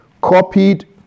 copied